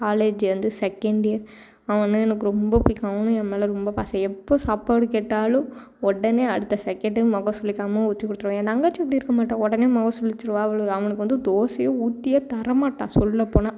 college வந்து second year அவன்னா எனக்கு ரொம்ப பிடிக்கும் அவனும் என் மேலே ரொம்ப பாசம் எப்போ சாப்பாடு கேட்டாலும் உடனே அடுத்த செகண்டு மொகம் சுளிக்காமல் ஊற்றிக் கொடுத்துருவான் என் தங்கச்சி அப்படி இருக்க மாட்டாள் உடனே மொகம் சுளிச்சிடுவா அவள் அவனுக்கு வந்து தோசை ஊத்தி தர மாட்டாள் சொல்லப் போனால்